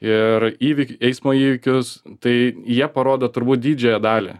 ir įvykį eismo įvykius tai jie parodo turbūt didžiąją dalį